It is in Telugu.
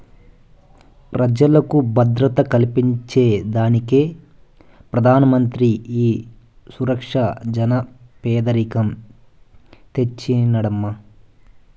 పెజలకు భద్రత కల్పించేదానికే పెదానమంత్రి ఈ సురక్ష జన పెదకం తెచ్చినాడమ్మీ